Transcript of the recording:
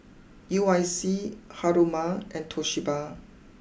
U I C Haruma and Toshiba